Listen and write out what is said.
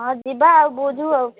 ହଁ ଯିବା ଆଉ ବୁଝୁ ଆଉ